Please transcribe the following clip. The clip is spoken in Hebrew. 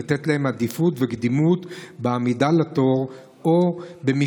לתת להם עדיפות וקדימות בעמידה בתור ובמשלוחים